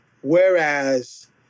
whereas